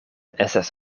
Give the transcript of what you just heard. estas